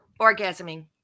Orgasming